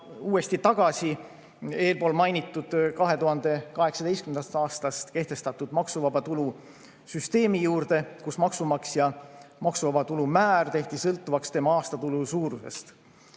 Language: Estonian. tulen ma tagasi eespool mainitud 2018. aastast kehtima hakanud maksuvaba tulu süsteemi juurde, mille puhul maksumaksja maksuvaba tulu määr tehti sõltuvaks tema aastatulu suurusest.